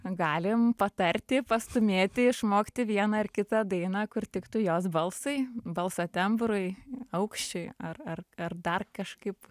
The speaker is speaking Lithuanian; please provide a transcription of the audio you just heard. galim patarti pastūmėti išmokti vieną ar kitą dainą kur tiktų jos balsui balso tembrui aukščiui ar ar ar dar kažkaip